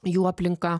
jų aplinka